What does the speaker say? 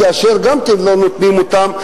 כאשר גם כן לא נותנים אותם,